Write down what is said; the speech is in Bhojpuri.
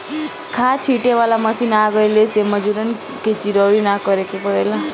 खाद छींटे वाला मशीन आ गइला से मजूरन के चिरौरी ना करे के पड़ेला